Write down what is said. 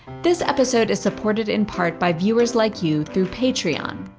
this episode is supported in part by viewers like you through patreon.